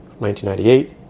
1998